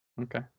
Okay